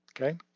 Okay